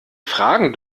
fragen